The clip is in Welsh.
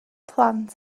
plant